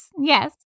Yes